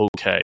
okay